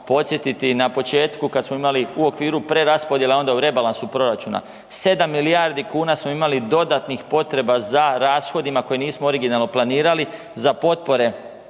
podsjetiti, na početku kada smo imali u okviru preraspodjele onda u rebalansu proračuna 7 milijardi kuna smo imali dodatnih potreba za rashodima koje nismo originalno planirali, za potpore